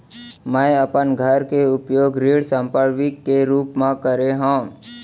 मै अपन घर के उपयोग ऋण संपार्श्विक के रूप मा करे हव